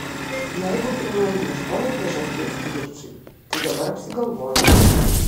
jeigu pirmiau ir ieškojo priežasties kivirčui tai dabar apsigalvojo